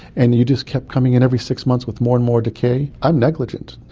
and you just kept coming in every six months with more and more decay, i'm negligent.